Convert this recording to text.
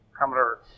Commodore